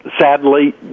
sadly